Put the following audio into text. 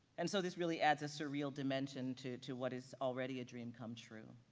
and so this really adds a surreal dimension to to what is already a dream come true.